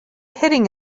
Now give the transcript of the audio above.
hitting